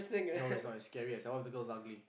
no it's not it's scary as hell what if the girl is ugly